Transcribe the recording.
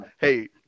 Hey